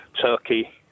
Turkey